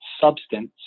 substance